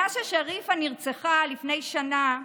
מאז ששריפה נרצחה לפני שנה,